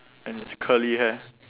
and his curly hair